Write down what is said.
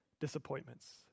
disappointments